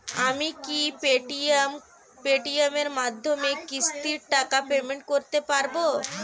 আমি কি Paytm এর মাধ্যমে কিস্তির টাকা পেমেন্ট করতে পারব?